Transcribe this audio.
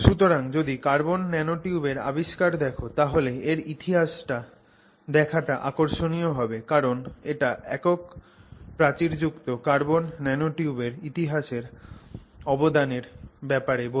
সুতরাং যদি কার্বন ন্যানোটিউবের আবিষ্কার দেখ তাহলে এর ইতিহাস টা দেখাটা আকর্ষণীয় হবে কারণ এটা একক প্রাচীরযুক্ত কার্বন ন্যানোটিউবের ইতিহাসের অবদানের এর ব্যাপারে বলবে